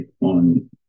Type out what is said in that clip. on